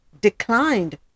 declined